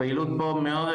הפעילות פה מאוד,